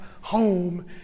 home